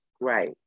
Right